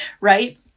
Right